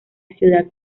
ciudad